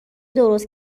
درست